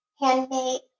Handmade